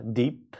deep